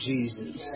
Jesus